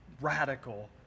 radical